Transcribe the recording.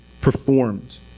performed